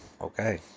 Okay